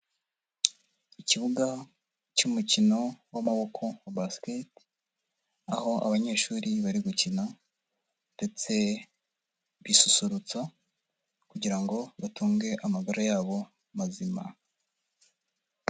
Ikibuga cy'umukino w'amaboko wa Basket, aho abanyeshuri bari gukina ndetse bisusurutsa kugira ngo batunge amagara yabo mazima.